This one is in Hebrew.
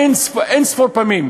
אין-ספור פעמים,